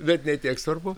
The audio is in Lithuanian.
bet ne tiek svarbu